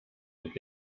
geht